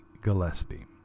Gillespie